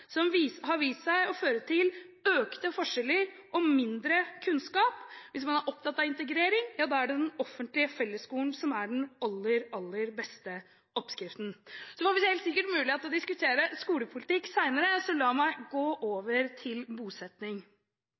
har vist seg å føre til økte forskjeller og mindre kunnskap. Hvis man er opptatt av integrering, er det den offentlige fellesskolen som er den aller, aller beste oppskriften. Vi får helt sikkert mulighet til å diskutere skolepolitikk senere, så la meg gå over til bosetning.